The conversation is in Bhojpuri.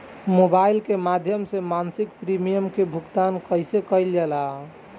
मोबाइल के माध्यम से मासिक प्रीमियम के भुगतान कैसे कइल जाला?